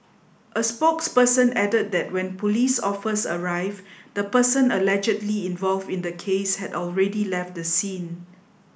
a spokesperson added that when police offers arrived the person allegedly involved in the case had already left the scene